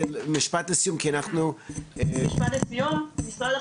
משפט אחרון לסיום כי אנחנו חייבים לסיים את הדיון.